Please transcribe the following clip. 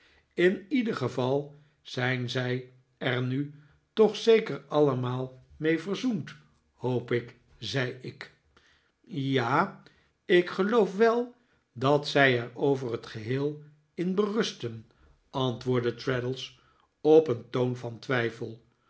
in ieder geval zijn zij er nu toch zeker allemaal mee verzoend hoop ik zei ik ja ik geloof wel dat zij er over het geheel in berusten antwoordde traddles op een toon van twijfel